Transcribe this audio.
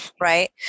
right